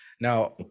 Now